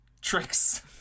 tricks